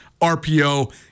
RPO